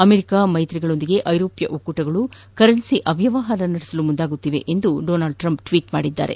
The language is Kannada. ಅಮೆರಿಕ ಮೈತ್ರಿಗಳೊಂದಿಗೆ ಐರೋಪ್ಯ ಒಕ್ಕೊಟಗಳು ಕರೆನ್ಸಿ ಅವ್ಯವಹಾರ ನಡೆಸಲು ಮುಂದಾಗುತ್ತಿವೆ ಎಂದು ಡೊನಾಲ್ಡ್ ಟ್ರಂಪ್ ಟ್ವೀಟ್ ಮಾಡಿದ್ದಾರೆ